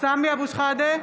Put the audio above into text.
סמי אבו שחאדה,